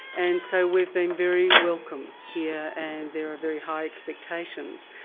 and so we've been very welcome here and there are very high expectations.